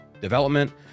development